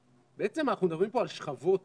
בעצם אנחנו מדברים פה על שכבות